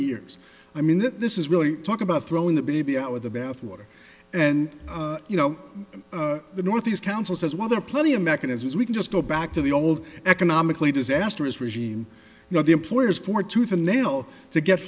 years i mean that this is really talk about throwing the baby out with the bathwater and you know the northeast council says well there are plenty of mechanisms we can just go back to the old economically disastrous regime you know the employers for tooth and nail to get